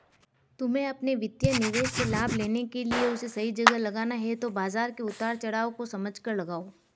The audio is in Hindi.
तुम्हे अपने वित्तीय निवेश से लाभ लेने के लिए उसे सही जगह लगाना है तो बाज़ार के उतार चड़ाव को समझकर लगाओ